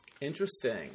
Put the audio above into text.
Interesting